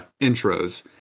intros